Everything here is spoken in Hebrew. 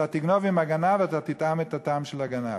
תגנוב עם הגנב אתה תטעם את הטעם של הגנב.